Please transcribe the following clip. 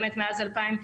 באמת, מאז 2006,